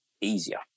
easier